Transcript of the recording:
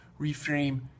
Reframe